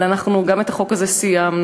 אבל גם את החוק הזה סיימנו.